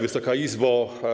Wysoka Izbo!